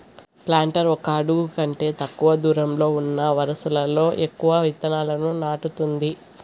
planter ఒక అడుగు కంటే తక్కువ దూరంలో ఉన్న వరుసలలో ఎక్కువ ఇత్తనాలను నాటుతుంది